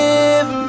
Give